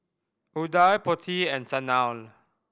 Udai Potti and Sanal